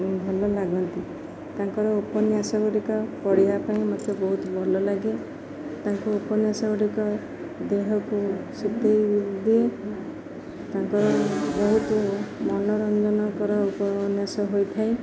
ଭଲ ଲାଗନ୍ତି ତାଙ୍କର ଉପନ୍ୟାସ ଗୁଡ଼ିକ ପଢ଼ିବା ପାଇଁ ମୋତେ ବହୁତ ଭଲ ଲାଗେ ତାଙ୍କ ଉପନ୍ୟାସ ଗୁଡ଼ିକ ଦେହକୁ ଶିତେଇ ଦିଏ ତାଙ୍କର ବହୁତ ମନୋରଞ୍ଜନଙ୍କର ଉପନ୍ୟାସ ହୋଇଥାଏ